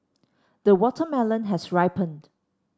the watermelon has ripened